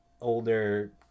older